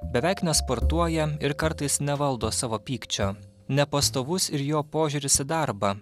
beveik nesportuoja ir kartais nevaldo savo pykčio nepastovus ir jo požiūris į darbą